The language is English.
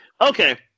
Okay